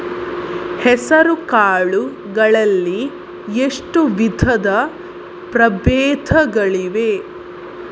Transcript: ಹೆಸರುಕಾಳು ಗಳಲ್ಲಿ ಎಷ್ಟು ವಿಧದ ಪ್ರಬೇಧಗಳಿವೆ?